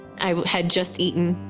i had just eaten